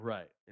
Right